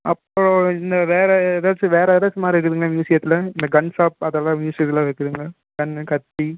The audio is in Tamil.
அப்போது இந்த வேறு ஏதாச்சும் வேறு எதாச்சும் மாதிரி இருக்குதுங்களா மியூசியத்தில் இந்த கன் ஷாப் அதெல்லாம் மியூசித்தில் வைக்கிறீங்களா கன்னு கத்தி